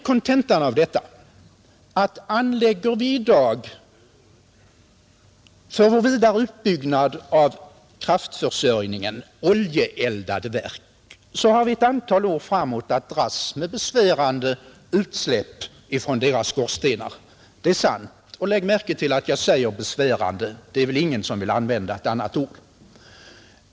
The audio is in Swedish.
Kontentan av detta blir att om vi i dag för vidare utbyggnad av kraftförsörjningen håller oss till oljeeldade verk, så har vi ett antal år framåt att dras med besvärande utsläpp från deras skorstenar — det är sant. Lägg märke till att jag säger ”besvärande”; det är väl ingen som vill använda ett annat ord.